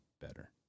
better